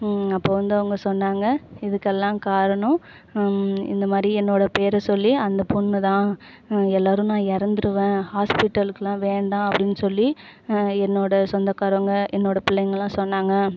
அப்போது வந்து அவங்க சொன்னாங்க இதுக்கெல்லாம் காரணம் இந்தமாதிரி என்னோடய பேரை சொல்லி அந்த பெண்ணு தான் எல்லோரும் நான் இறந்துடுவேன் ஹாஸ்பிட்டலுக்குலாம் வேண்டாம் அப்படின்னு சொல்லி என்னோடய சொந்தக்காரங்க என்னோடய பிள்ளைங்கள்லாம் சொன்னாங்க